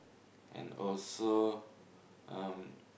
and also um